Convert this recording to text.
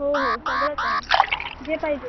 हो हो सगळंच आहे जे पाहिजे ते